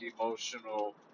emotional